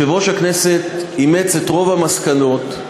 יושב-ראש הכנסת אימץ את רוב המסקנות,